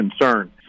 concern